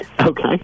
Okay